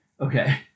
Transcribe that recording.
Okay